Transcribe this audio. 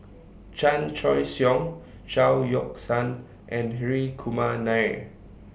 Chan Choy Siong Chao Yoke San and Hri Kumar Nair